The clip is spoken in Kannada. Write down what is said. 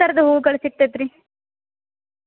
ಇಲ್ಲ ಭಾಳ ತೊಗೊಂಡ್ರು ಮತ್ತು ಕಡ್ಮೆ ಮಾಡ್ತೀವಿ ಅದರಾಗೆ